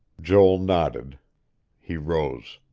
joel nodded he rose.